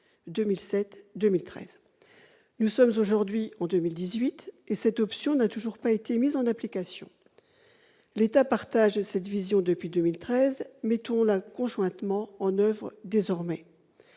Nous sommes aujourd'hui en 2018, et cette option n'a toujours pas été mise en application. L'État partage cette vision depuis 2013 ; mettons-la conjointement en oeuvre désormais.